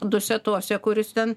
dusetose kuris ten